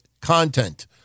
content